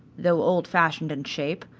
though old-fashioned in shape,